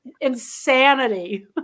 insanity